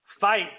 fight